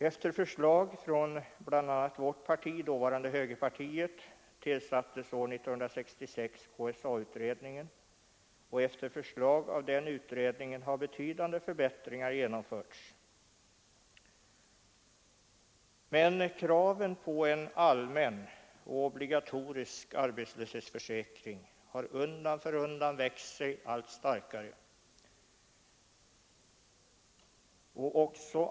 Efter förslag från bl.a. vårt parti, dåvarande högerpartiet, tillsattes år 1966 KSA-utredningen, och efter förslag av den utredningen har betydande förbättringar genomförts. Men kraven på en allmän och obligatorisk arbetslöshetsförsäkring har undan för undan växt sig allt starkare.